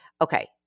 Okay